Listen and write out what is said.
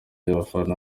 abafana